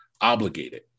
obligated